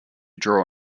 draw